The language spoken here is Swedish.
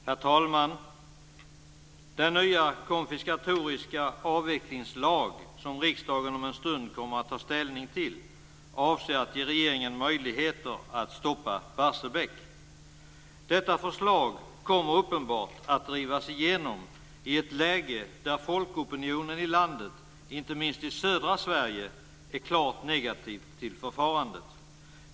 Herr talman! Den nya "konfiskatoriska" avvecklingslag som riksdagen om en stund skall ta ställning till avser att ge regeringen möjligheter att stoppa Barsebäck. Detta förslag kommer uppenbarligen att drivas igenom i ett läge där folkopinionen i landet, inte minst i södra Sverige, är klart negativ till förfarandet.